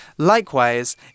Likewise